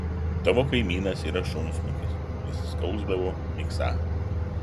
tavo kaimynas yra šunsnukis jis skausdavo miksą